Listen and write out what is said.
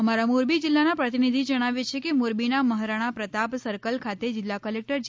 અમારા મોરબી જિલ્લાના પ્રતિનિધિ જણાવે છે કે મોરબીના મહારાણા પ્રતાપ સર્કલ ખાતે જીલ્લા કલેકટર જે